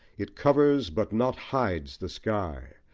it covers but not hides the sky.